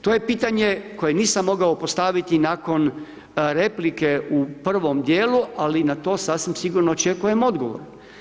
To je pitanje koje nisam mogao postaviti nakon replike u prvom djelu ali na to sasvim sigurno očekujem odgovor.